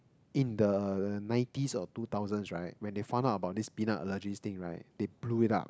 in the nineties or two thousands right when they found out about this peanut allergy thing right they blew it up